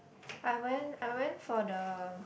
I went I went for the